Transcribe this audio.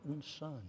Son